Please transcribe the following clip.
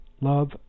Love